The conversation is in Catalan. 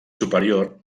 superior